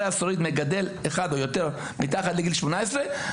השורד מגדל אחד או יותר מתחת לגיל 18,